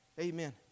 Amen